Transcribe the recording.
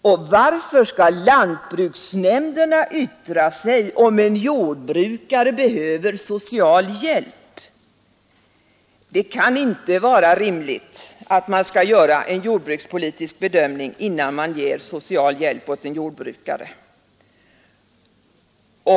Och varför skall lantbruksnämnderna yttra sig om en jordbrukare behöver social hjälp? Det kan inte vara rimligt att man skall göra en jordbrukspolitisk bedömning innan man ger social hjälp åt en jordbrukare.